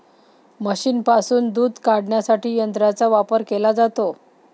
म्हशींपासून दूध काढण्यासाठी यंत्रांचा वापर केला जातो